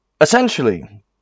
essentially